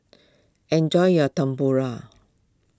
enjoy your Tempura